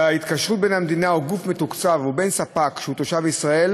בהתקשרות בין המדינה או גוף מתוקצב ובין ספק שהוא תושב ישראל